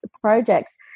projects